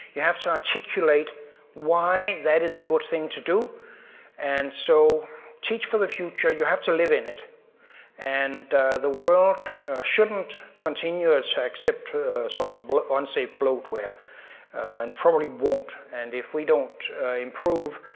you have to articulate why that is a good thing to do and so teach for the future. you have to live in it and the world shouldn't continue ah to accept sort of unsafe bloatware and probably won't and if we don't improve,